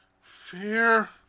Fair